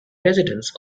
residence